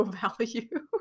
value